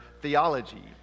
theology